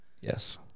Yes